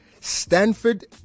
Stanford